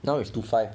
now is two five